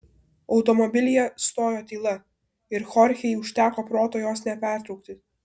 automobilyje stojo tyla ir chorchei užteko proto jos nepertraukti